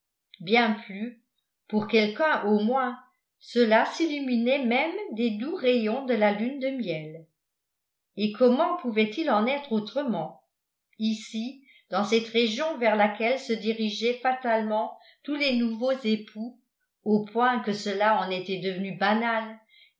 bien plus pour quelqu'un au moins cela s'illuminait même des doux rayons de la lune de miel et comment pouvait-il en être autrement ici dans cette région vers laquelle se dirigeaient fatalement tous les nouveaux époux au point que cela en était devenu banal